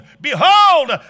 Behold